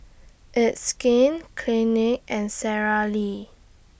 It's Skin Clinique and Sara Lee